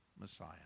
Messiah